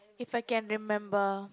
if I can remember